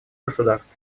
государств